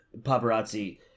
paparazzi